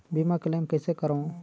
बीमा क्लेम कइसे करों?